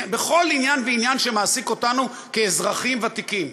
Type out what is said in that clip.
בכל עניין ועניין שמעסיק אותנו כאזרחים ותיקים.